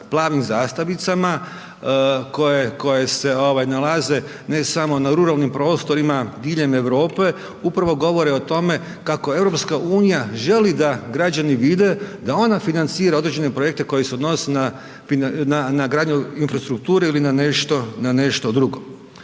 plavim zastavicama koje se nalaze ne samo na ruralnim prostorima diljem Europe, upravo govore o tome kako EU želi da građani vide da ona financira određene projekte koje se odnose na gradnju infrastrukture ili na nešto drugo.